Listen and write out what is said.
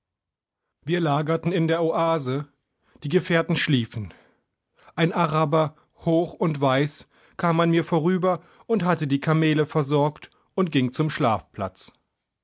wir lagerten in der oase die gefährten schliefen ein araber hoch und weiß kam an mir vorüber er hatte die kamele versorgt und ging zum schlafplatz